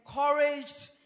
encouraged